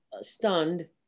stunned